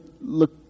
look